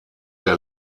der